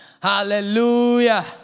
hallelujah